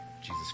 Jesus